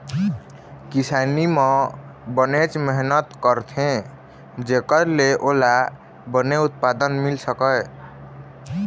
किसानी म बनेच मेहनत करथे जेखर ले ओला बने उत्पादन मिल सकय